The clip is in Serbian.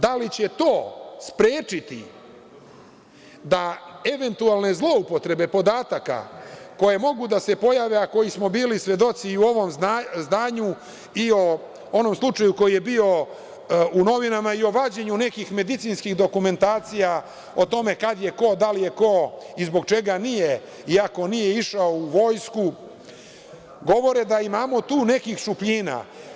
Da li će to sprečiti eventualne zloupotrebe podataka koje mogu da se pojave, a kojih smo bili svedoci i u ovom zdanju i o onom slučaju koji je bio u novinama i o vađenju nekih medicinskih dokumentacija o tome kad je ko, da li je ko i zbog čega nije i ako nije išao u vojsku, govore da imamo tu nekih šupljina.